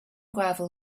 gravel